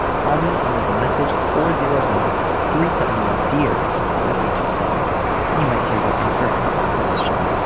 call me and leave a message at four zero one three seven one. dear that's three four two seven and you might hear your answer on an episode of the show.